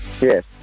Yes